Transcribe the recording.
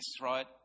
right